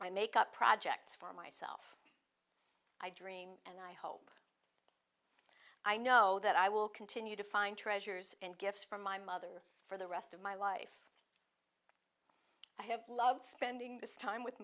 i make up projects for myself i dream and i hope i know that i will continue to find treasures and gifts from my mother for the rest of my life i have loved spending time with